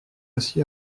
aussi